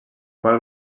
qual